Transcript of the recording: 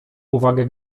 uwagę